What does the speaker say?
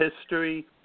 history